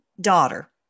daughter